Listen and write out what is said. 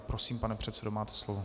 Prosím, pane předsedo, máte slovo.